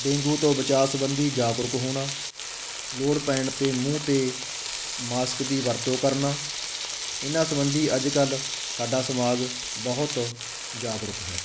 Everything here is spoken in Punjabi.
ਡੇਂਗੂ ਤੋਂ ਬਚਾਅ ਸੰਬੰਧੀ ਜਾਗਰੂਕ ਹੋਣਾ ਲੋੜ ਪੈਣ 'ਤੇ ਮੂੰਹ 'ਤੇ ਮਾਸਕ ਦੀ ਵਰਤੋਂ ਕਰਨਾ ਇਹਨਾਂ ਸੰਬੰਧੀ ਅੱਜ ਕੱਲ੍ਹ ਸਾਡਾ ਸਮਾਜ ਬਹੁਤ ਜਾਗਰੂਕ ਹੈ